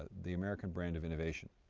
the american brand of innovation,